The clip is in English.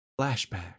Flashback